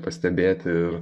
pastebėti ir